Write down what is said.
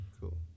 Cool